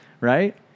right